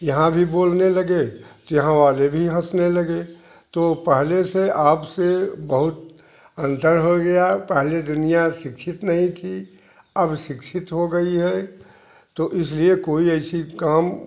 यहाँ भी बोलने लगे कि यहाँ वाले भी हँसने लगे तो पहले से अब से बहुत अंतर हो गया पहले दुनिया शिक्षित नहीं थी अब शिक्षित हो गई है तो इसलिए कोई ऐसी काम